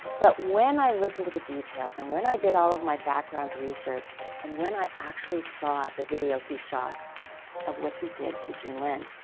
but when i listen to the details and when i did all of my background research and when i actually saw the video he shot of what he did to jun lin,